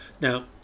now